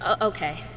Okay